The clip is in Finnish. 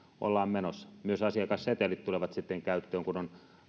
ollaan menossa myös asiakassetelit tulevat sitten käyttöön kun on